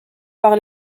par